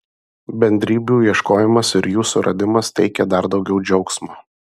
bendrybių ieškojimas ir jų suradimas teikia dar daugiau džiaugsmo